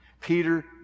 Peter